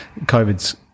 COVID's